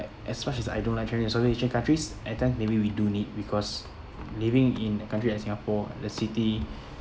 as much as I don't like travelling in southeast asian countries at time maybe we do need because living in a country like singapore the city